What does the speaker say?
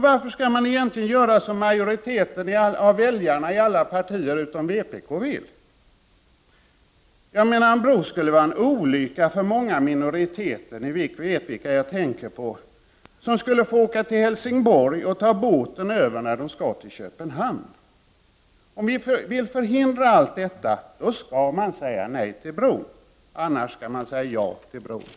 Varför skall man egentligen göra som majoriteten av väljarna i alla partier utom vpk vill? En bro skulle vara en olycka för några minoriteter — ni vet vilka jag tänker på. De skulle få åka till Helsingborg och ta båten över när de skall till Köpenhamn. Om man vill förhindra allt detta, skall man säga nej till bron. Annars skall man säga ja till bron.